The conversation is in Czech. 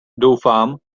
doufám